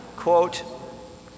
Quote